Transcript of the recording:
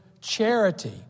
charity